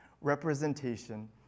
representation